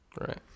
Right